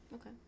Okay